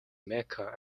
mecca